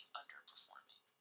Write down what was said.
underperforming